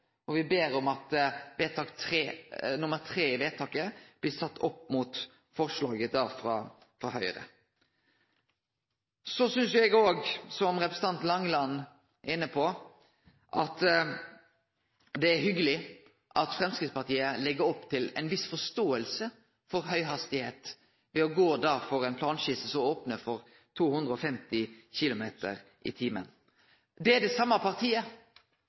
og vi bed om at punkt 3 i vedtaket blir sett opp mot forslaget frå Høgre. Så synest eg òg, som representanten Langeland er inne på, at det er hyggeleg at Framstegspartiet legg opp til ei viss forståing for høghastigheit ved å gå for ei planskisse som opnar for 250 km/t. Det er det same partiet